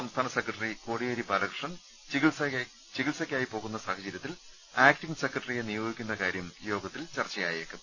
സംസ്ഥാന സെക്രട്ടറി കോടിയേരി ബാലകൃഷ്ണൻ ചികിത്സക്കായി പോകുന്ന സാഹചര്യത്തിൽ ആക്ടിംഗ് സെക്രട്ടറിയെ നിയോഗിക്കുന്ന കാര്യം യോഗത്തിൽ ചർച്ചയായേക്കും